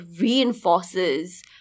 reinforces